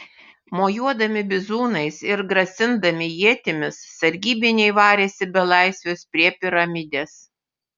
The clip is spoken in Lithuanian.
mojuodami bizūnais ir grasindami ietimis sargybiniai varėsi belaisvius prie piramidės